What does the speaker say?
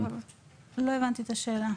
לא הבנתי את השאלה.